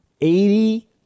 eighty